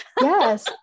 yes